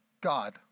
God